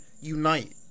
unite